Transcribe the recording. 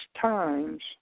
times